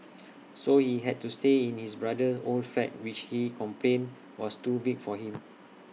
so he had to stay in his brother's old flat which he complained was too big for him